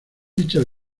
dicha